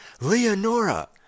Leonora